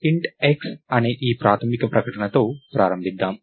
Int x అనే ఈ ప్రాథమిక ప్రకటనతో ప్రారంభిద్దాం